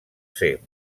ser